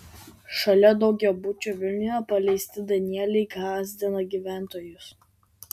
šalia daugiabučio vilniuje paleisti danieliai gąsdina gyventojus